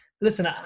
listen